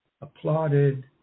applauded